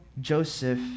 Joseph